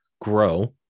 grow